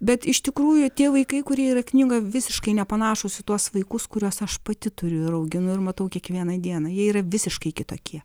bet iš tikrųjų tie vaikai kurie yra knygoj visiškai nepanašūs į tuos vaikus kuriuos aš pati turiu ir auginu ir matau kiekvieną dieną jie yra visiškai kitokie